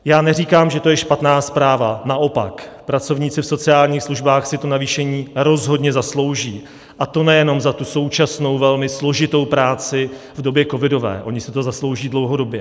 Já neříkám, že to je špatná zpráva, naopak pracovníci v sociálních službách si navýšení rozhodně zaslouží, a to nejenom za současnou velmi složitou práci v době covidové, oni si to zaslouží dlouhodobě.